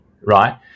Right